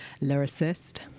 lyricist